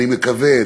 אני מקווה,